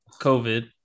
COVID